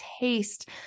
taste